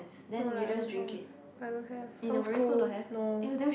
no lah I don't have I don't have sounds cool no